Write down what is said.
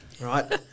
Right